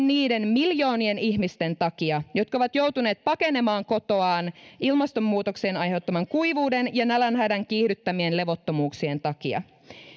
niiden miljoonien ihmisten takia jotka ovat joutuneet pakenemaan kotoaan ilmastonmuutoksen aiheuttaman kuivuuden ja nälänhädän kiihdyttämien levottomuuksien takia